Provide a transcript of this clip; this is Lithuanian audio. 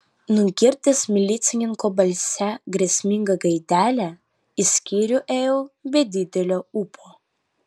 nugirdęs milicininko balse grėsmingą gaidelę į skyrių ėjau be didelio ūpo